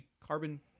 Carbon